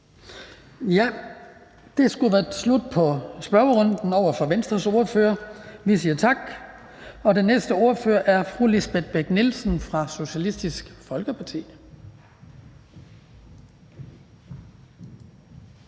Det skulle være slut på spørgerunden til Venstres ordfører. Vi siger tak. Den næste ordfører er fru Lisbeth Bech-Nielsen fra Socialistisk Folkeparti.